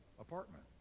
apartment